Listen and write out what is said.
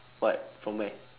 what from where